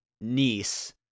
niece